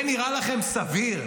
זה נראה לכם סביר?